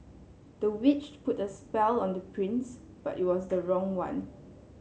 the witch put a spell on the prince but it was the wrong one